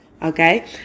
Okay